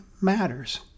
matters